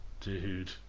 Dude